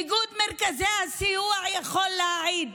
איגוד מרכזי הסיוע יכול להעיד,